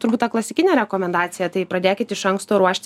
turbūt ta klasikinė rekomendacija tai pradėkit iš anksto ruošti